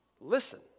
Listen